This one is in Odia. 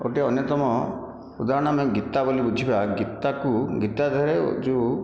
ଗୋଟିଏ ଅନ୍ୟତମ ଉଦାହରଣ ଆମେ ଗୀତା ବୋଲି ବୁଝିବା ଗୀତାକୁ ଗୀତା ଦେହରେ ଯେଉଁ